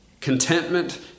contentment